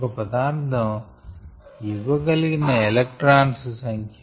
ఒక పదార్ధం ఇవ్వగలిగిన ఎలక్ట్రాన్స్ సంఖ్య